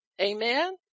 Amen